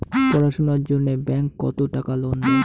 পড়াশুনার জন্যে ব্যাংক কত টাকা লোন দেয়?